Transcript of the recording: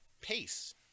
pace